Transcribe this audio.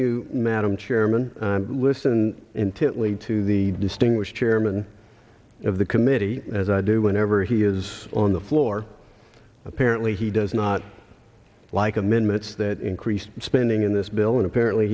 madam chairman listen intently to the distinguished chairman of the committee as i do whenever he is on the floor apparently he does not like amendments that increased spending in this bill and apparently